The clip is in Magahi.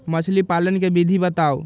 मछली पालन के विधि बताऊँ?